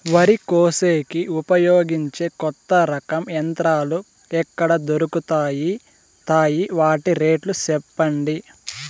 వరి కోసేకి ఉపయోగించే కొత్త రకం యంత్రాలు ఎక్కడ దొరుకుతాయి తాయి? వాటి రేట్లు చెప్పండి?